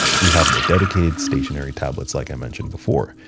we have the dedicated stationary tablets like i mentioned before.